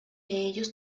ellos